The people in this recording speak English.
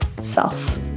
self